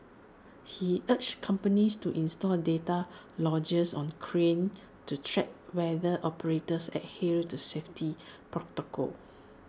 he urged companies to install data loggers on cranes to track whether operators adhere to safety protocols